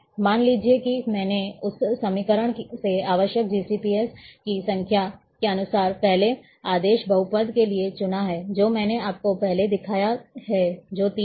मान लीजिए कि मैंने उस समीकरण से आवश्यक GCPs की संख्या के अनुसार पहले आदेश बहुपद के लिए चुना है जो मैंने आपको पहले दिखाया है जो तीन हैं